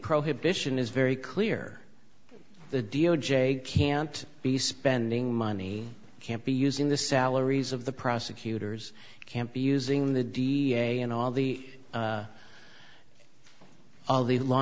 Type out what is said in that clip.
prohibits in is very clear the d o j can't be spending money can't be using the salaries of the prosecutors can't be using the da and all the all the law